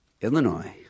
Illinois